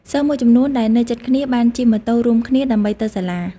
សិស្សមួយចំនួនដែលនៅជិតគ្នាបានជិះម៉ូតូរួមគ្នាដើម្បីទៅសាលា។